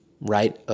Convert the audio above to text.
right